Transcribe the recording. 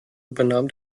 übernahm